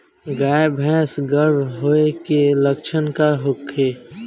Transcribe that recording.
गाय भैंस गर्म होय के लक्षण का होखे?